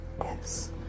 Yes